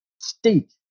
state